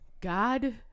God